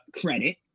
credit